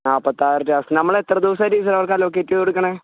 നാൽപത്താറ് class നമ്മൾ എത്ര ദിവസമാണ് ടീച്ചറെ അവർക്ക് അലോക്കെറ്റ് ചെയ്ത് കൊടുക്കണത്